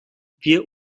wir